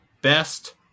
best